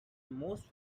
most